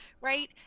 right